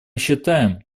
считаем